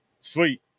Sweet